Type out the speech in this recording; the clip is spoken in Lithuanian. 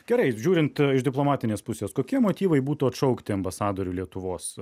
gerai žiūrint iš diplomatinės pusės kokie motyvai būtų atšaukti ambasadorių lietuvos